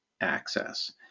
access